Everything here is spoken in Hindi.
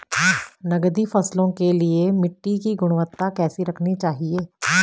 नकदी फसलों के लिए मिट्टी की गुणवत्ता कैसी रखनी चाहिए?